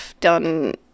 done